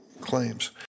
claims